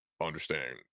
understand